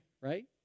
right